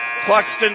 Cluxton